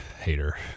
hater